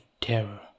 terror